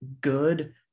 good